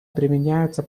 применяются